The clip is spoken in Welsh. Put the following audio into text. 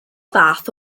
fath